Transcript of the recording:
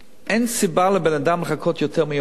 אין סיבה לבן-אדם לחכות יותר מיומיים.